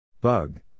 Bug